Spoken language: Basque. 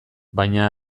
baina